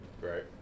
Right